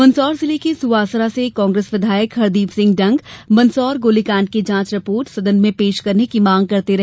मंदसौर जिले के सुवासरा से कांग्रेस विधायक हरदीप सिंह डंग मंदसौर गोलीकांड की जांच रिपोर्ट सदन में पेश करने की मांग करते रहे